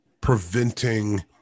preventing